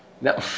No